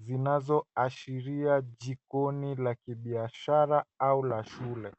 zinazoashiria jikoni la kibiashara au la shule.